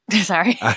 Sorry